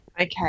Okay